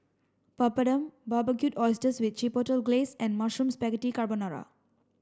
Papadum Barbecued Oysters with Chipotle Glaze and Mushroom Spaghetti Carbonara